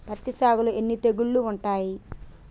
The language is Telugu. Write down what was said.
పత్తి సాగులో ఎన్ని తెగుళ్లు ఉంటాయి?